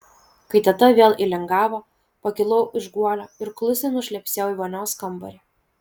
kai teta vėl įlingavo pakilau iš guolio ir klusniai nušlepsėjau į vonios kambarį